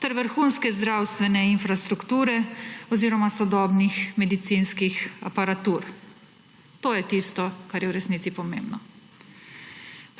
ter vrhunske zdravstvene infrastrukture oziroma sodobnih medicinskih aparatur. To je tisto, kar je v resnici pomembno.